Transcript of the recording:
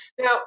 Now